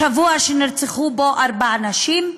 בשבוע שנרצחו בו ארבע נשים,